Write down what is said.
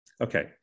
Okay